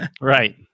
Right